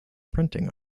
printing